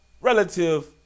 relative